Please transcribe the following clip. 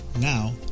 Now